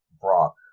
brock